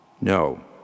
No